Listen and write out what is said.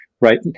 right